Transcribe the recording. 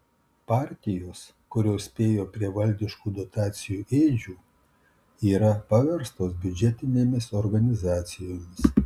partijos kurios spėjo prie valdiškų dotacijų ėdžių yra paverstos biudžetinėmis organizacijomis